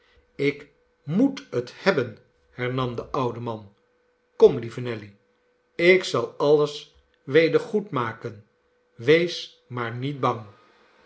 ik moet het hebben hernam de oude man kom lieve nelly ik zal alles weder goedmaken wees maar niet bang